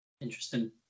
Interesting